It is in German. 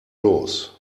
los